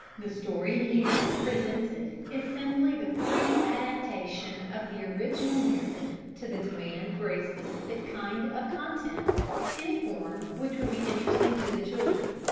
the story here presented is simply the free adaptation of the original narrative to the demand for a specific kind of content in a form which would be interesting to the children.